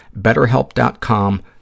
betterhelp.com